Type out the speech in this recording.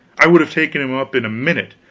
i would have taken him up in a minute,